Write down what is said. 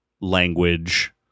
language